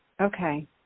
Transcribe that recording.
Okay